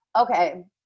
okay